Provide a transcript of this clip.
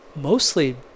mostly